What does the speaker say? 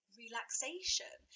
relaxation